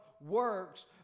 works